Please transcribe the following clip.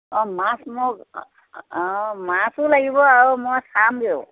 অঁ মাছ মোক অঁ মাছো লাগিব আৰু মই চামগৈও